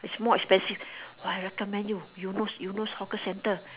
it's more expensive but I recommend you you look you look hawker center